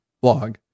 blog